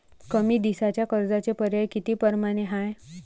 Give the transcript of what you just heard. कमी दिसाच्या कर्जाचे पर्याय किती परमाने हाय?